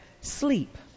sleep